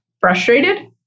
frustrated